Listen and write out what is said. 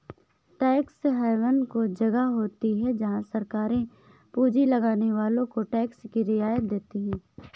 tax haven वो जगह होती हैं जहाँ सरकारे पूँजी लगाने वालो को टैक्स में रियायत देती हैं